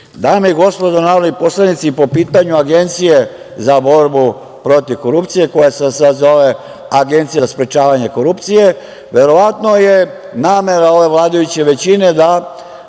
narodni poslanici, po pitanju Agencije za borbu protiv korupcije, koja se sad zove Agencija za sprečavanje korupcije, verovatno je namera ove vladajuće većine da